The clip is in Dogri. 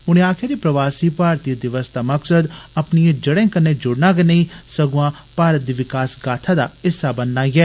उनें आक्खेआ जे प्रवासी भारतीय दिवस दा मकसद अपनिएं जडे कन्ने जुड़ना गै नेईं सगुआ भारत दा विकास गाथा दा हिस्सा बनना ऐ